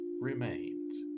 remains